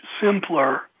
simpler